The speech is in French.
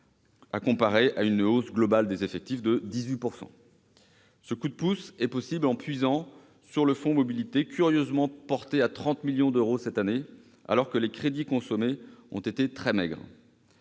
à comparer à la hausse globale des effectifs de 18 %. Ce coup de pouce est possible en puisant sur le fonds mobilité, curieusement porté à 30 millions d'euros, alors que les crédits consommés cette année ont été très maigres.